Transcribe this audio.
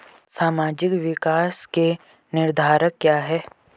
सामाजिक विकास के निर्धारक क्या है?